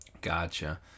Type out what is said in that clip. Gotcha